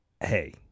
Hey